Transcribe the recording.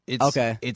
Okay